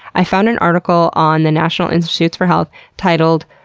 i found an article on the national institutes for health titled,